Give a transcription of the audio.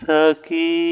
Saki